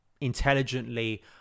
intelligently